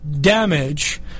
damage